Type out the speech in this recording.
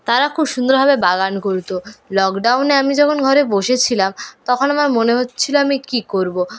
তারা খুব সুন্দরভাবে বাগান করতো লকডাউনে আমি যখন ঘরে বসে ছিলাম তখন আমার মনে হচ্ছিল আমি কি করবো